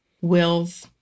wills